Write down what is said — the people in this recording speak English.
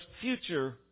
future